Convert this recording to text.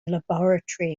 laboratory